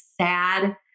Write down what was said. sad